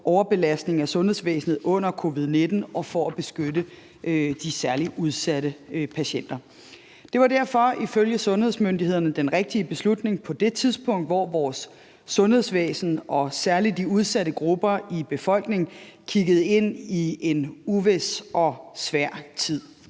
overbelastning af sundhedsvæsenet under covid-19 og for at beskytte de særlig udsatte patienter. Det var derfor ifølge sundhedsmyndighederne den rigtige beslutning på det tidspunkt, hvor vores sundhedsvæsen og særlig de udsatte grupper i befolkningen kiggede ind i en uvis og svær tid.